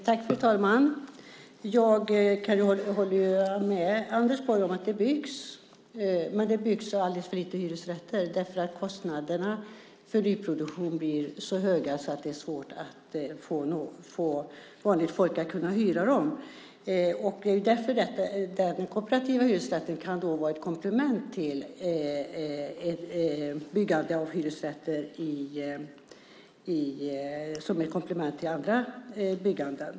Fru talman! Jag håller med Anders Borg om att det byggs. Men det byggs alldeles för få hyresrätter därför att kostnaderna för nyproduktion blir så höga att det är svårt att få vanligt folk att hyra dem. Därför kan den kooperativa hyresrätten vara ett komplement till andra bygganden.